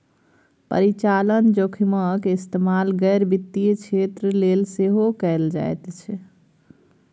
परिचालन जोखिमक इस्तेमाल गैर वित्तीय क्षेत्र लेल सेहो कैल जाइत छै